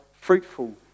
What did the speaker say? fruitful